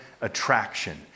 attraction